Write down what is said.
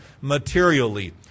materially